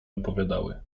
opowiadały